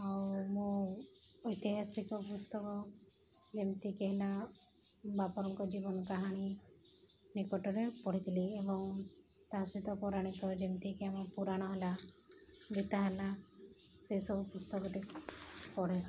ଆଉ ମୁଁ ଐତିହାସିକ ପୁସ୍ତକ ଯେମିତିକି ହେଲା ବାବରଙ୍କ ଜୀବନ କାହାଣୀ ନିକଟରେ ପଢ଼ିଥିଲି ଏବଂ ତା ସହିତ ପୌରାଣିକ ଯେମିତିକି ଆମ ପୁରାଣ ହେଲା ଗୀତା ହେଲା ସେସବୁ ପୁସ୍ତକଟିକୁ ପଢ଼େ